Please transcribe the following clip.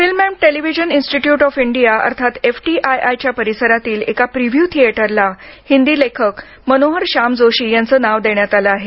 film and television institute of India अर्थात FTII च्या परिसरातील एका प्रिव्हू थिएटरला हिंदी लेखक मनोहर श्याम जोशी यांचे नावे देण्यात आले आहे